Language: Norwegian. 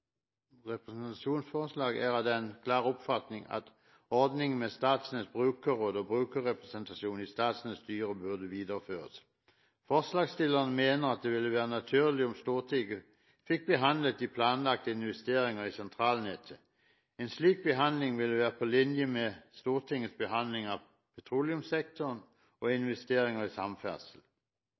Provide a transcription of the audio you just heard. representantforslaget er av den klare oppfatning at ordningen med Statnetts brukerråd og brukerrepresentasjon i Statnetts styre burde videreføres. Forslagsstillerne mener at det ville være naturlig om Stortinget fikk behandle de planlagte investeringer i sentralnettet. En slik behandling ville være på linje med Stortingets behandling av petroleumssektoren og investeringer i samferdsel.